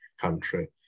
country